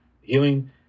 healing